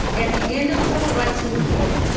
at the end of the civil rights movement,